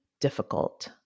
difficult